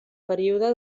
període